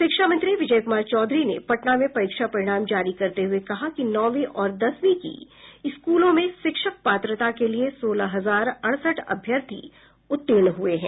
शिक्षा मंत्री विजय कुमार चौधरी ने पटना में परीक्षा परिणाम जारी करते हुए कहा कि नौवीं और दसवी की स्कूलों में शिक्षक पात्रता के लिए सोलह हजार अड़सठ अभ्यर्थी उत्तीर्ण हुए हैं